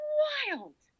wild